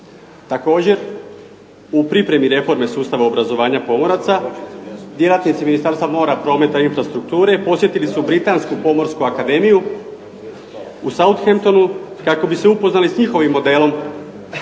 Također, u pripremi reforme sustava obrazovanja pomoraca djelatnici Ministarstva mora, prometa i infrastrukture posjetili su Britansku pomorsku akademiju u South Hamptonu kako bi se upoznali s njihovim modelom